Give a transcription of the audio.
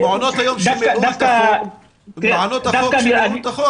מעונות היום שמילאו אחר הוראות החוק